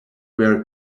were